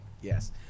Yes